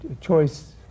choice